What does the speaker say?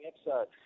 episode